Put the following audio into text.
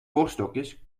oorstokjes